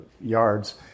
Yards